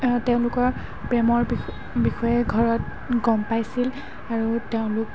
তেওঁলোকৰ প্ৰেমৰ বিষ বিষয়ে ঘৰত গম পাইছিল আৰু তেওঁলোক